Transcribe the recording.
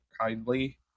kindly